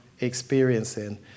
experiencing